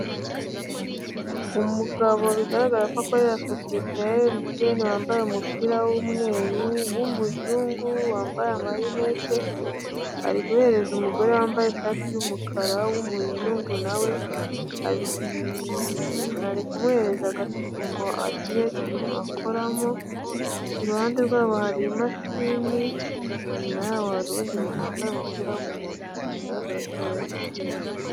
Umugabo bigaragara ko akorera sosiyete ya emutiyeni wambaye umupira w'umweru w'umuzungu wambaye amarinete ari guhereza umugore wambaye ishati y'umukara w'umuzungu na we, ari kumuhereza agaseke ngo agire ibintu akoramo, iruhande rwabo hari imashini inyuma ya hari uwundi muntu wambaye umupira w'umuhondo bigaragara ko ari uwa emutiyeni.